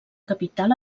capital